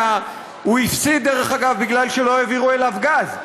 הוא הפסיד, דרך אגב, כי לא העבירו אליו גז.